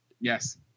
yes